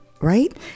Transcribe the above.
right